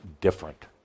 different